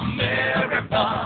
America